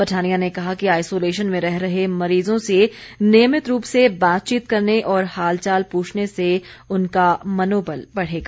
पठानिया ने कहा कि आइसोलेशन में रह रहे मरीजों से नियमित रूप से बातचीत करने और हाल चाल प्रछने से उनका मनोबल बढ़ेगा